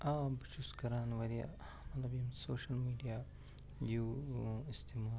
آ بہٕ چھُس کران واریاہ مطلب یِم سوشَل میٖڈِیا یہِ اِستعمال